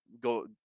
go